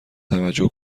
توجه